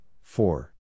four